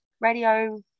Radio